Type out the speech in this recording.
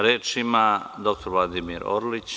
Reč ima dr Vladimir Orlić.